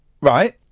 Right